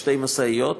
שתי משאיות שם,